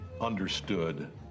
understood